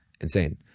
insane